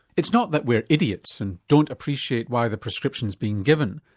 it's not that we're idiots and don't appreciate why the prescription's been given.